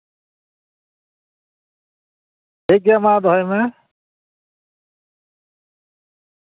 ᱴᱷᱤᱠᱜᱮᱭᱟ ᱢᱟ ᱫᱚᱦᱚᱭ ᱢᱮ